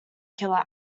killer